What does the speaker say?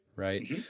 right?